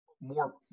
more